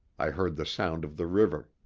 i heard the sound of the river.